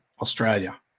Australia